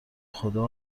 خدا